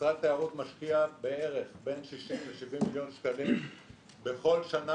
משרד התיירות משקיע בערך בין 60 ל-70 מיליון שקלים בכל שנה